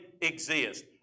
exist